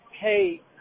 hey